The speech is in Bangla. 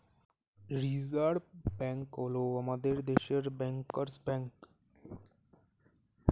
রিজার্ভ ব্যাঙ্ক হল আমাদের দেশের ব্যাঙ্কার্স ব্যাঙ্ক